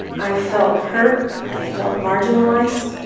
i felt hurt, i felt marginalized.